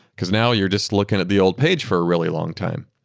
because now you're just looking at the old page for a really long time.